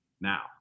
now